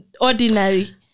ordinary